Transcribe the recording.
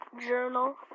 journal